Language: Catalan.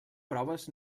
proves